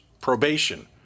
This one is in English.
Probation